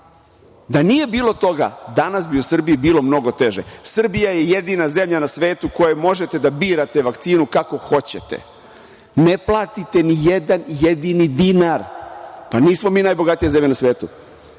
Da nije bilo toga, danas bi u Srbiji bilo mnogo teže. Srbija je jedina zemlja na svetu u kojoj možete da birate vakcinu kakvu hoćete. Ne platite ni jedan jedini dinar. Pa, nismo mi najbogatija zemlja na svetu.